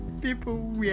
people